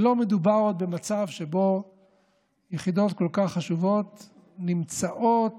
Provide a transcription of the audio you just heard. ולא מדובר עוד במצב שבו יחידות כל כך חשובות נמצאות